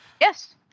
Yes